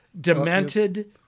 demented